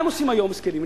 מה הם עושים היום, מסכנים?